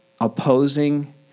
opposing